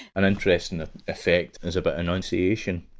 an interesting effect is about enunciation.